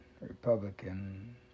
Republican